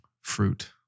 fruit